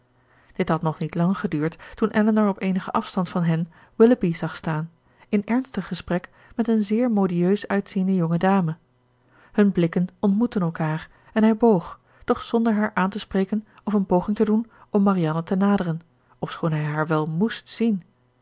dit had nog niet lang geduurd toen elinor op eenigen afstand van hen willoughby zag staan in ernstig gesprek met eene zeer modieus uitziende jonge dame hun blikken ontmoetten elkaar en hij boog doch zonder haar aan te spreken of een poging te doen om marianne te naderen ofschoon hij haar wel moest zien